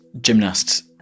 gymnasts